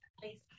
please